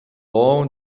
بابام